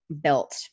built